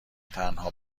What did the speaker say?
تنها